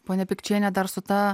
ponia pikčiene dar su ta